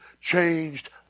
changed